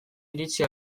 iritzi